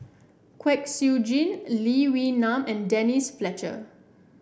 Kwek Siew Jin Lee Wee Nam and Denise Fletcher